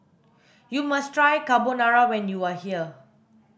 you must try Carbonara when you are here